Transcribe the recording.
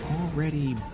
already